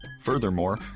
Furthermore